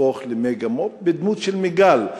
להפוך למגה-מו"פ בדמות של מיג"ל,